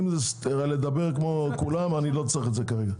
אם זה לדבר כמו כולם, אני לא צריך את זה כרגע.